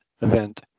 event